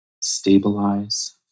stabilize